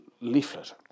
leaflet